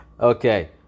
Okay